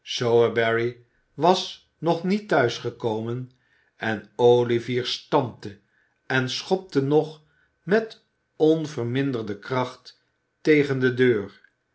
sowerberry was nog niet thuis gekomen en olivier stampte en schopte nog met onverminderde kracht tegen de deur